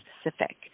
specific